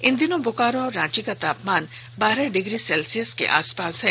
इन दिनों बोकारो और रांची का तापमान बारह डिग्री सेल्सियस के आसपास पहुंच गया है